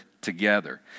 together